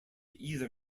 either